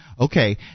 Okay